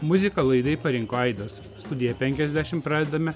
muziką laidai parinko aidas studija penkiasdešim pradedame